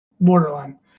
borderline